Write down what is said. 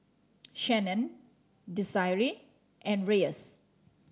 Shannan Desirae and Reyes